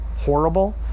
horrible